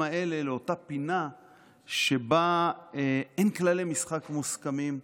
האלה לאותה פינה שבה אין כללי משחק מוסכמים,